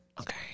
Okay